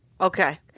Okay